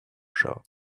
shirt